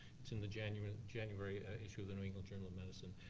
it's in the january january issue of the new england journal of medicine.